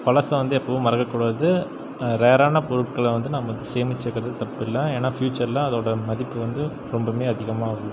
பழசை வந்து எப்போவும் மறக்கக்கூடாது ரேரான பொருட்களை வந்து நம்ம வந்து சேமிச்சு வைக்கிறது தப்பில்லை ஏன்னா ஃபியூச்சரில் அதோட மதிப்பு வந்து ரொம்பவுமே அதிகமாகும்